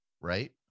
right